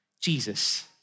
Jesus